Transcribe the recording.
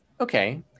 okay